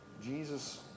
Jesus